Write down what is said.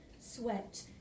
sweat